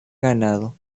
ganado